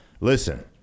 Listen